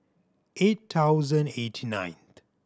eight thousand eighty ninth